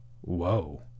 Whoa